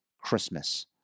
Christmas